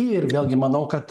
ir vėlgi manau kad